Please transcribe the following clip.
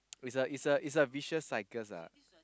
is a is a is a vicious cycles ah